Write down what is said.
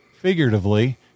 figuratively